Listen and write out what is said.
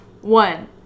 One